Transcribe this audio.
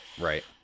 Right